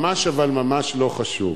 אבל ממש, לא חשוב.